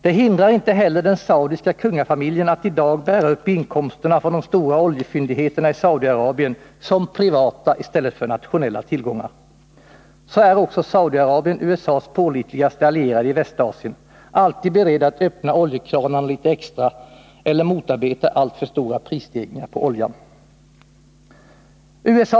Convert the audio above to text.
Det hindrar inte heller den saudiska kungafamiljen att i dag bära upp inkomsterna från de stora oljefyndigheterna i Saudiarabien som privata i stället för nationella tillgångar. Så är också Saudiarabien USA:s pålitligaste allierade i Västasien, alltid berett att öppna oljekranarna litet extra eller motarbeta alltför stora prisstegringar på oljan.